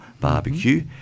barbecue